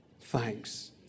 Thanks